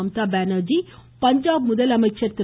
மம்தா பானர்ஜி பஞ்சாப் முதலமைச்சர் திரு